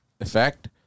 effect